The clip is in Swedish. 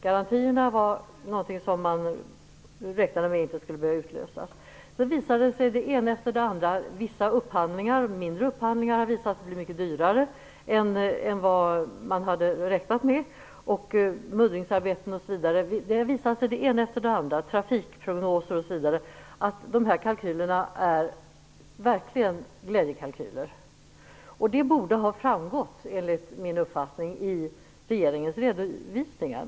Man räknade med att garantierna inte skulle behöva utlösas. Sedan visade det sig på den ena punkten efter den andra att de här kalkylerna verkligen var glädjekalkyler. Det gäller vissa mindre upphandlingar, som har visat sig bli mycket dyrare än vad man hade räknat med, det gäller muddringsarbeten, trafikprognoser, osv. Detta borde enligt min uppfattning ha framgått i regeringens redovisningar.